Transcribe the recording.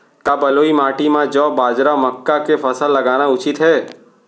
का बलुई माटी म जौ, बाजरा, मक्का के फसल लगाना उचित हे?